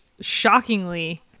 shockingly